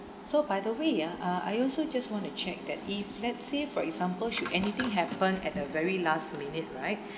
so by the way ah uh I also just wanna check that if let's say for example should anything happen at the very last minute right